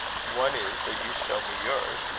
one is, that you show me yours.